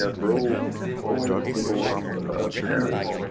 ah for all all divorced parents.